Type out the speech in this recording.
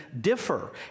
differ